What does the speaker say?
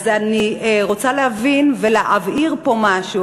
אז אני רוצה להבין ולהבהיר פה משהו,